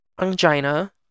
Angina